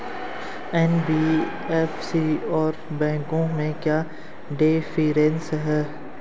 NBFC और बैंकों में क्या डिफरेंस है?